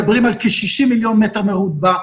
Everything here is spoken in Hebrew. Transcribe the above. מדברים על כ-60 מיליון מטר מרובע,